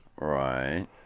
Right